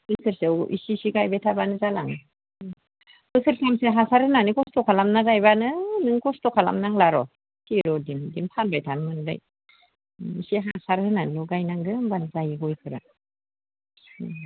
बोसोरसेआव एसे एसे गायबाय थाबानो जालाङो उम बोसोरथामसो हासार होनानै खस्थ' खालामना गायबानो नों खस्थ' खालामनांला आरो सिर'दिन बिदिनो फानबाय थानो मोनबाय एसे हासार होनानैल' गायनांगौ होमबानो जायो गयफोरा उम